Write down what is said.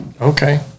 Okay